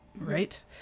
right